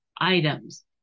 items